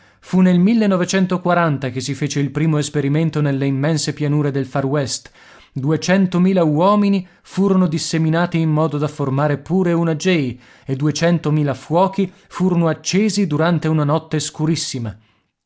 fu nel che si fece il primo esperimento nelle immense pianure del far west duecentomila uomini furono disseminati in modo da formare pure una j e duecentomila fuochi furono accesi durante una notte scurissima